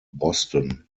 boston